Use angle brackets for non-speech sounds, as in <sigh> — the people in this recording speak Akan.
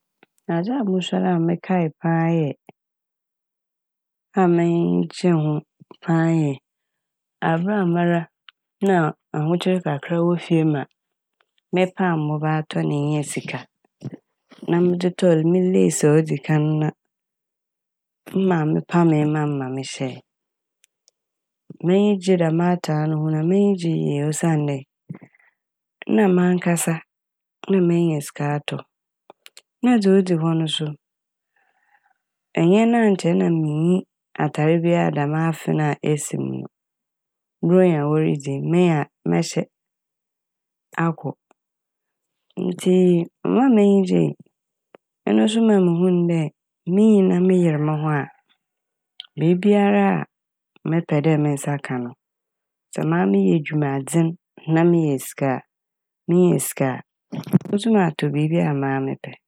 Adze a mosuar a mekae paa yɛ, a m'enyi gyee ho paa yɛ, aber a mara na ahokyer kakra wɔ fie ma mepaa mboba tɔnee nyaa sika na medze tɔɔ le- me "lace" a odzi kan na me maame pamee maa me ma mehyɛe. M'enyi gyee dɛm atar ne ho na m'enyi gyee yie osiandɛ na mankasa na menya sika atɔ. <noise> Na dza odzi hɔ no so ɛnnyɛ ɛno a nkyɛ minnyi atar bia so dɛm afe no a esi m' no. Borɔnya woridzi yi menya mɛhyɛ akɔ ntsi ɔmaa m'enyi gyee, ɛno so maa muhun dɛ minyin <noise> na meyer mo ho a beebiara mepɛ dɛ me nsa ka no sɛ maa meyɛ edwuma dzen na minya sika a minya sika a <noise> motum atɔ biibiara a mara mepɛ.